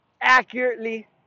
accurately